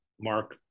mark